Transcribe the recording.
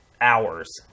hours